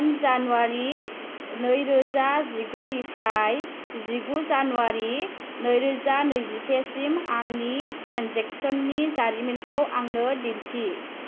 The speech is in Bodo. दाइन जानुवारी नैरोजा जिगु निफ्राय जिगु जानुवारी नैरोजा नैजिसे सिम आंनि ट्रेन्जेकसननि जारिमिनखौ आंनो दिन्थि